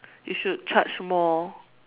you should charge more